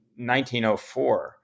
1904